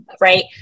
Right